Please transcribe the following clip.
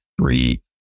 three